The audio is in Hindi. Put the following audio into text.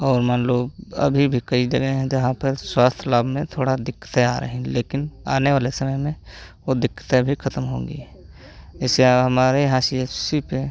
और मान लो अभी भी कई जगह हैं जहाँ पर स्वास्थ्य लाभ में थोड़ा दिक्कतें आ रहीं लेकिन आने वाले समय में वो दिक्कतें भी खतम होंगी जैसे हमारे यहाँ सी एफ़ सी पे